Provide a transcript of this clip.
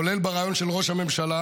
כולל בריאיון של ראש הממשלה,